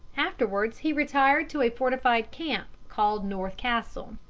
afterwards he retired to a fortified camp called north castle.